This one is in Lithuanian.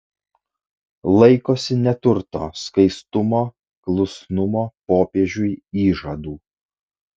laikosi neturto skaistumo klusnumo popiežiui įžadų